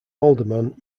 alderman